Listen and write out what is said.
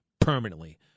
permanently